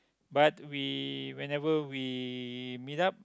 but we whenever we meet up